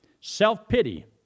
Self-pity